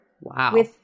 Wow